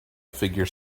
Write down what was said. figure